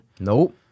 Nope